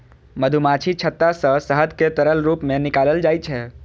मधुमाछीक छत्ता सं शहद कें तरल रूप मे निकालल जाइ छै